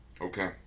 Okay